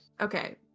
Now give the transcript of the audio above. Okay